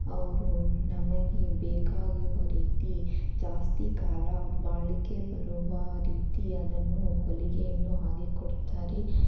ಅವರು ನಮಗೆ ಬೇಕಾಗಿರುವ ರೀತಿ ಜಾಸ್ತಿ ಕಾಲ ಬಾಳಿಕೆ ಬರುವ ರೀತಿ ಅದನ್ನು ಹೊಲಿಗೆಯನ್ನು ಹಾಕಿಕೊಡ್ತಾರೆ